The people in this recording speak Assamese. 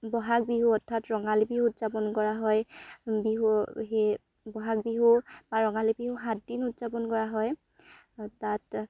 বহাগ বিহু অৰ্থাৎ ৰঙালী বিহু উদযাপন কৰা হয় বিহু সেই বহাগ বিহু বা ৰঙালী বিহু সাতদিন উদযাপন কৰা হয় তাত